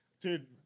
Dude